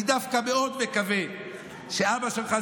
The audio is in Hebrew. אני דווקא מאוד מקווה שאבא שלך,